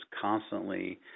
constantly